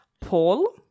Paul